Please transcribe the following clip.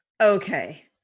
Okay